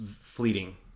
fleeting